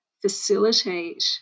facilitate